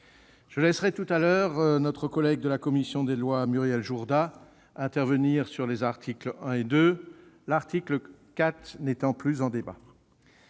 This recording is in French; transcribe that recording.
Je laisserai ma collègue de la commission des lois Muriel Jourda intervenir sur les articles 1 et 2, l'article 4 n'étant plus en débat.